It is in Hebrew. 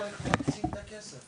החליטו איך מקצים את הכסף.